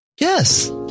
Yes